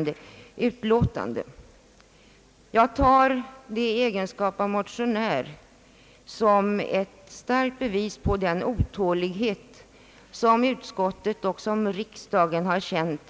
I egenskap av motionär tar jag detta återkommande till frågan som ett starkt bevis för den otålighet som riksdagen har känt